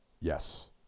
Yes